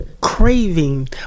craving